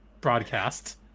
broadcast